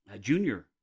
junior